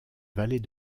vallée